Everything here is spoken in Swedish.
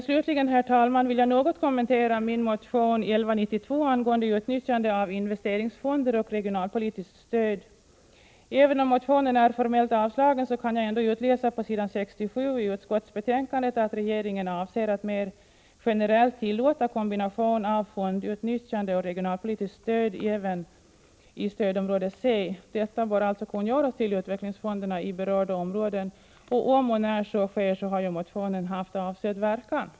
Slutligen, herr talman, vill jag något kommentera min motion 1192 angående utnyttjande av investeringsfonder och regionalpolitiskt stöd. Även om motionen är formellt avstyrkt kan jag ändå utläsa på s. 67 i utskottsbetänkandet att regeringen avser att mer generellt tillåta kombination av fondutnyttjande och regionalpolitiskt stöd även i stödområde C. Detta bör alltså kungöras till utvecklingsfonderna i berörda områden, och om eller när så sker har ju motionen haft avsedd verkan.